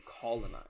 colonize